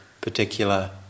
particular